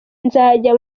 nzajya